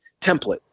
template